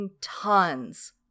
tons